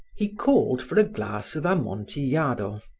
he called for a glass of amontillado,